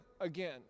again